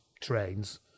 trains